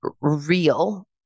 real